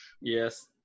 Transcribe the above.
Yes